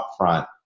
upfront